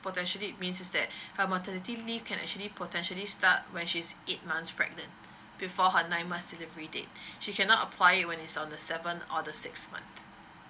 potentially means is that her maternity leave can actually potentially start when she's eight months pregnant before her nine months delivery date she cannot apply it when it's on the seven or the six month